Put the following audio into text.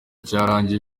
cyararangiye